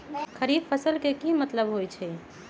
खरीफ फसल के की मतलब होइ छइ?